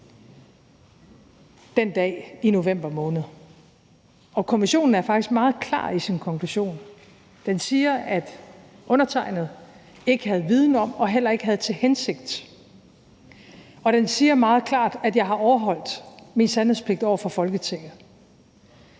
den dag i november måned. Og kommissionen er faktisk meget klar i sin konklusion. Den siger, at undertegnede ikke havde viden om det og heller ikke havde den hensigt. Og den siger meget klart, at jeg har overholdt min sandhedspligt over for Folketinget.